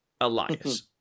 Elias